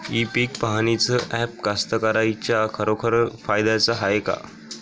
इ पीक पहानीचं ॲप कास्तकाराइच्या खरोखर फायद्याचं हाये का?